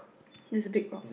this big rock